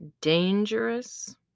dangerous